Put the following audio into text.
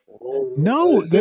No